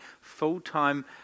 full-time